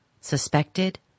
suspected